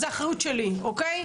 זאת אחריות שלי, אוקיי.